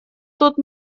тут